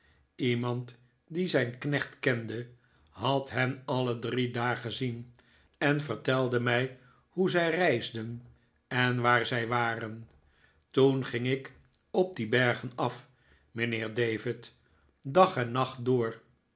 iemand die zijn knecht kende had hen alle drie daar gezien en vertelde mij hoe zij reisden en waar zij waren toen ging ik op die bergen af mijnheer david dag en nacht door